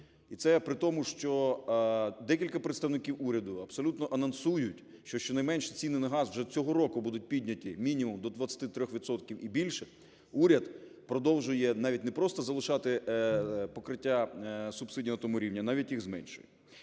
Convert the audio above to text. І це при тому, що декілька представників уряду абсолютно анонсують, що щонайменше ціни на газ вже цього року будуть підняті мінімум до 23 відсотків і більше. Уряд продовжує навіть не просто залишати покриття субсидій на тому рівні, а навіть їх зменшує.